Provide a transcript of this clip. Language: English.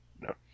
No